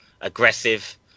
aggressive